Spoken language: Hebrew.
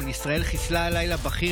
חבריי חברי הכנסת,